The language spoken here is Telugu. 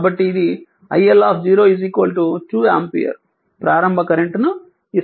కాబట్టి ఇది iL 2 ఆంపియర్ ప్రారంభ కరెంట్ ను ఇస్తుంది